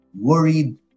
worried